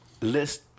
list